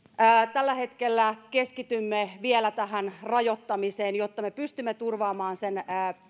tällä hetkellä keskitymme vielä tähän rajoittamiseen jotta me pystymme turvaamaan sen